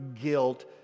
guilt